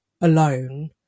alone